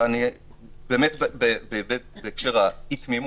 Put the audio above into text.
בהקשר האי-תמימות,